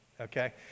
okay